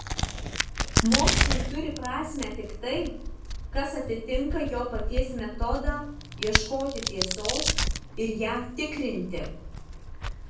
mokslui turi prasmę tik tai kas atitinka jo paties metodą ieškoti tiesos ir ją tikrinti